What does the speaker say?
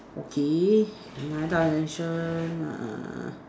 okay in another dimension err